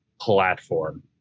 platform